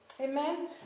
amen